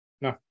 No